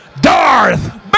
Darth